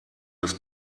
das